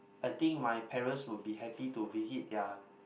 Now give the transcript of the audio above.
I think my parents would be happy to visit their